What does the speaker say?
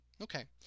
Okay